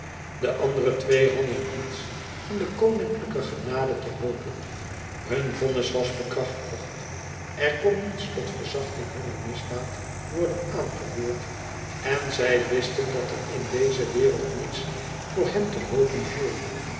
de andere twee hadden niets van de koninklijke genade te hopen hun vonnis was bekrahtigd er kon niets tot verzachting hunner misdaad worden aangevoerd en zij wisten dat er in deze wereld niets voor hen te hopen viel